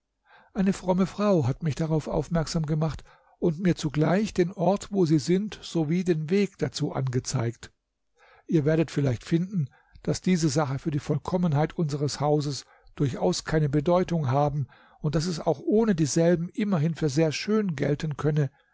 eine fromme frau hat mich darauf aufmerksam gemacht und mir zugleich den ort wo sie sind sowie den weg dazu angezeigt ihr werdet vielleicht finden daß diese sache für die vollkommenheit unseres hauses durchaus keine bedeutung haben und daß es auch ohne dieselben immerhin für sehr schön gelten könne